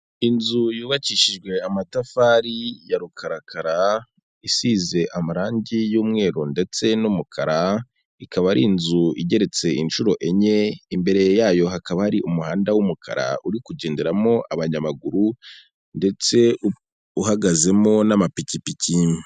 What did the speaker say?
Inzu yubakishijwe amatafari ya rukarakara isize amarangi y'umweru ndetse n'umukara, ikaba ari inzu igeretse inshuro enye imbere yayo hakaba ari umuhanda w'umukara uri kugenderamo abanyamaguru, ndetse uhagazemo n'amapikipiki.